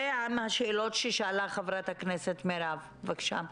לגבי השאלות ששאלה חברת הכנסת מירב כהן, בבקשה.